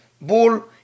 bull